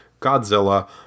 Godzilla